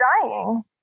dying